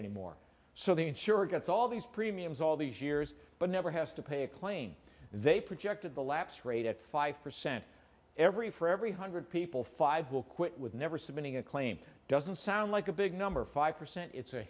anymore so they insure gets all these premiums all these years but never has to pay a clane they projected the lapse rate at five percent every for every hundred people five will quit with never submitting a claim doesn't sound like a big number five percent it's a